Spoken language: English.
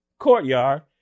courtyard